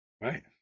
Right